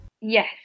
yes